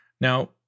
Now